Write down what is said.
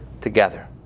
together